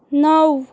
نو